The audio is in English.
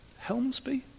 Helmsby